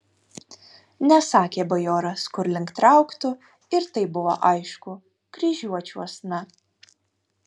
nesakė bajoras kur link trauktų ir taip buvo aišku kryžiuočiuosna